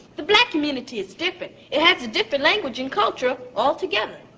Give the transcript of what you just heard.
the black community is different, it has a different language and culture altogether.